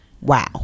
Wow